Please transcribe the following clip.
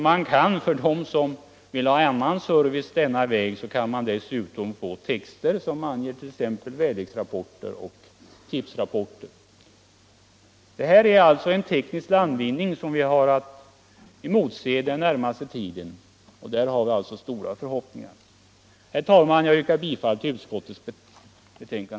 Även de som vill ha annan service i det sammanhanget kan få texter på väderleksrapport, tipsrapporter etc. Det är en teknisk landvinning som vi har att emotse under den närmaste tiden, och vi ställer stora förhoppningar på den. Herr talman! Jag yrkar bifall till utskottets hemställan.